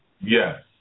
Yes